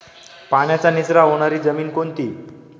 पाण्याचा निचरा होणारी जमीन कोणती?